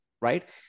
right